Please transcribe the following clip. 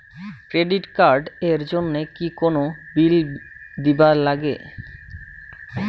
Credit card এর জন্যে কি কোনো বিল দিবার লাগে?